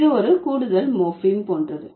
இது ஒரு கூடுதல் மோர்பீம் போன்றது